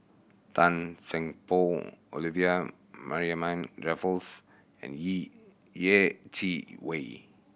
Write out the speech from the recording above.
Tan Seng Poh Olivia Mariamne Raffles and Yeh Chi Wei